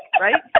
Right